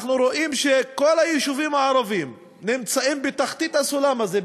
אנחנו רואים שכל היישובים הערביים נמצאים בתחתית הסולם הזה,